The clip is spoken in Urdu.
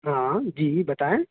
ہاں جی بتائیں